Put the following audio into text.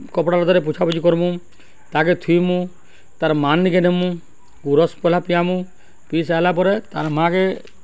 କପ୍ଡ଼ାଲତାରେ ପୁଛାପୁଛିି କର୍ମୁ ତାକେ ଥୁଇମୁ ତାର୍ ମା'ନିକେ ନେମୁ ଗୁରସ୍ ପହେଲା ପିଆମୁ ପିଇ ସାଇିଲା ପରେ ତାର୍ ମା'କେ